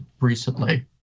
recently